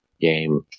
game